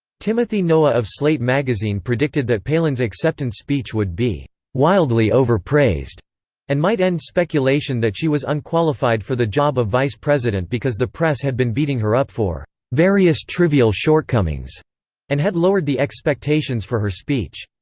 timothy noah of slate magazine predicted that palin's acceptance speech would be wildly overpraised and might end speculation that she was unqualified for the job of vice president because the press had been beating her up for various trivial shortcomings and had lowered the expectations for her speech.